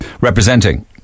representing